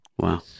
Wow